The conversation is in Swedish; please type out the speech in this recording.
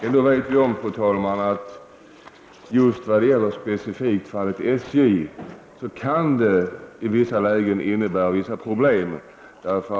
Ändå är vi medvetna om att just i vad gäller fallet med SJ kan fri konkurrens i vissa lägen innebära problem.